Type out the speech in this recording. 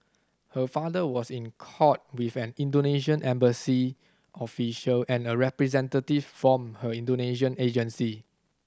her father was in court with an Indonesian embassy official and a representative from her Indonesian agency